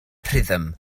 rhythm